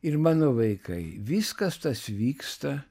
ir mano vaikai viskas tas vyksta